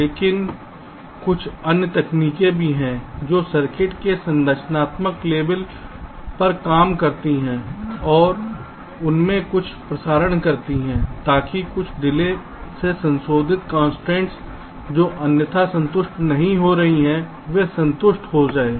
लेकिन कुछ अन्य तकनीकें भी हैं जो सर्किट के संरचनात्मक लेवल पर काम करती हैं और उसमें कुछ प्रसारण करती हैं ताकि कुछ डिले से संबंधित कंस्ट्रेंट्स जो अन्यथा संतुष्ट नहीं हो रही हैं वे संतुष्ट हो सकते हैं